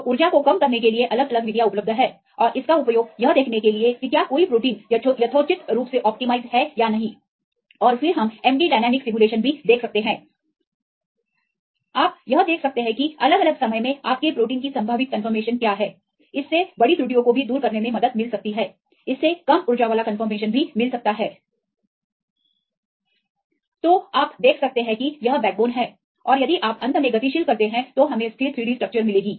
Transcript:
तो ऊर्जा को कम करने के लिए अलग अलग विधियाँ उपलब्ध हैंऔर इसका उपयोग यह देखने के लिए कि क्या कोई प्रोटीन यथोचित रूप से अनुकूल है या नहीं और फिर हम md डायनामिक सिमुलेशन भी देख सकते हैं आप यह देख सकते हैं किअलग अलग समय में आपके प्रोटीन की संभावित कंफर्मेशन क्या है इससे बड़ी त्रुटियों को भी दूर करने में मदद मिल सकती है इससे कम ऊर्जा वाला कंफर्मेशन भी मिल सकता है तो आप देख सकते हैं कि यह बैकबोन है और यदि आप अंत में गतिशील करते हैं तो हमें स्थिर3D स्ट्रक्चर मिलेगी